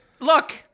Look